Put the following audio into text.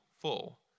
full